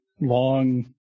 long